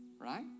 right